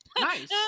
nice